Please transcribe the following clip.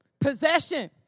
Possession